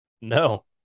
No